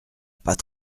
pas